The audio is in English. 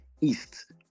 East